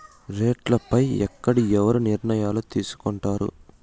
రేట్లు పై ఎక్కడ ఎవరు నిర్ణయాలు తీసుకొంటారు?